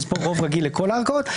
אז פה רוב רגיל לכל הערכאות,